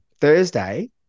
Thursday